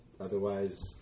otherwise